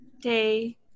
day